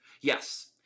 Yes